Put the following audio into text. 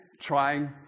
trying